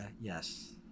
yes